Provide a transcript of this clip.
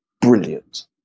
brilliant